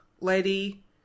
lady